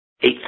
eight